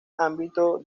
ámbito